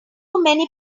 many